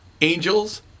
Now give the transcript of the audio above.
Angels